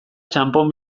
txanpon